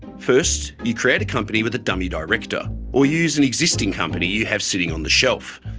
first, you create a company with a dummy director, or use an existing company you have sitting on the shelf,